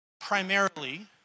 primarily